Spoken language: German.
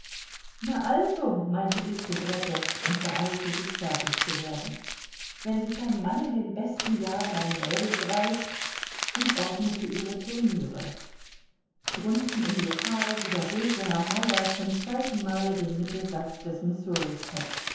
na also meinte die soubrette und beeilte sich fertig zu werden wenn sich ein mann in den besten jahren ein mädel greift und ordnete ihre turnüre drunten im lokal widerholte herr meyer zum zweiten male den mittelsatz des